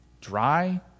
dry